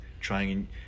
Trying